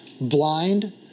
blind